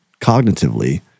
cognitively